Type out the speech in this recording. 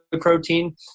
protein